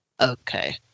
Okay